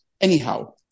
Anyhow